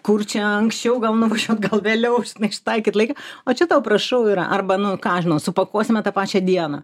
kur čia anksčiau gal nuvažiuot gal vėliau žinai užtaikyt laiką o čia tau prašau yra arba nu ką aš žinau supakuosime tą pačią dieną